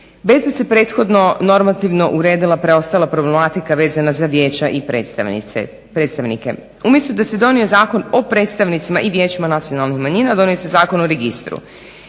bez da se prethodno normativno uredila preostala problematika vezana za vijeća i za predstavnike. Umjesto da se donio zakon o predstavnicima i vijećima nacionalnih manjina donio se Zakon o registru.